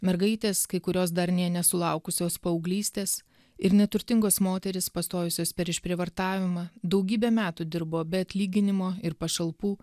mergaitės kai kurios dar nė nesulaukusios paauglystės ir neturtingos moterys pastojusios per išprievartavimą daugybę metų dirbo be atlyginimo ir pašalpų